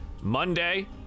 Monday